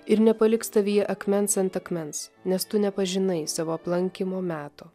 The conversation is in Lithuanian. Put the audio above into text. ir nepaliks tavyje akmens ant akmens nes tu nepažinai savo aplankymo meto